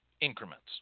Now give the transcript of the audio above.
increments